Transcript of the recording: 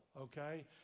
okay